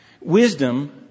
wisdom